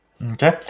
Okay